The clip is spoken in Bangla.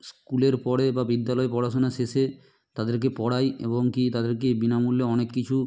স্কুলের পরে বা বিদ্যালয়ে পড়াশোনা শেষে তাদেরকে পড়ায় এবং কী তাদেরকে বিনামূল্যে অনেক কিছু